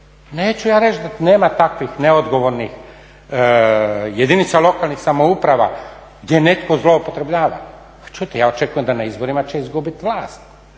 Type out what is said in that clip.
Neću ja reći da nema takvih neodgovornih jedinica lokalnih samouprava gdje netko zloupotrjebljava. Pa čujte ja očekujem da na izborima će izgubiti vlast